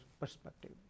perspective